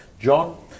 John